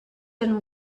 and